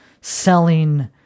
selling